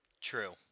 True